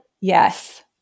Yes